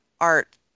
art